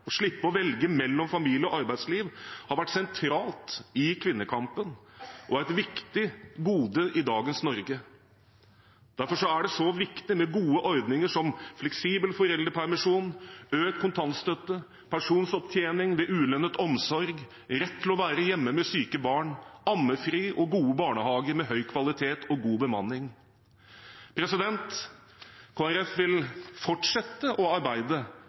slippe å velge mellom familie- og arbeidsliv har vært sentralt i kvinnekampen og et viktig gode i dagens Norge. Derfor er det så viktig med gode ordninger som fleksibel foreldrepermisjon, økt kontantstøtte, pensjonsopptjening ved ulønnet omsorg, rett til å være hjemme med syke barn, ammefri og gode barnehager med høy kvalitet og god bemanning. Kristelig Folkeparti vil fortsette å arbeide